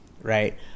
right